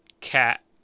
cat